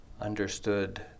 understood